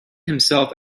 himself